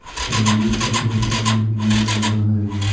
रबी फसल कोन महिना में लग है?